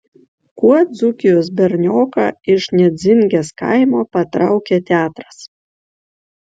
kuo dzūkijos bernioką iš nedzingės kaimo patraukė teatras